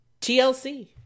tlc